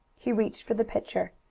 he reached for the pitcher.